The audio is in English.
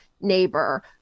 neighbor